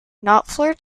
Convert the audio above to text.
knopfler